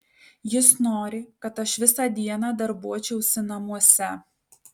jis nori kad aš visą dieną darbuočiausi namuose